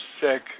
sick